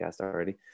already